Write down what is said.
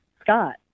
Scott